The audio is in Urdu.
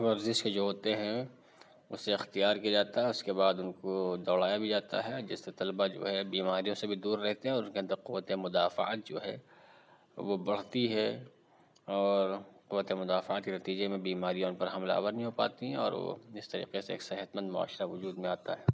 ورزش کے جو ہوتے ہیں اُسے اختیار کیا جاتا ہے اُس کے بعد اُن کو دوڑایا بھی جاتا ہے جس سے طلباء جو ہے بیماریوں سے بھی دور رہتے ہیں اور اُن کے اندر قوت مدافعت جو ہے وہ بڑھتی ہے اور قوت مدافعت کے نتیجے میں بیماریاں اُن پر حملہ آور نہیں ہو پاتی اور وہ اِس طریقے سے ایک صحت مند معاشرہ وجود میں آتا ہے